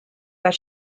that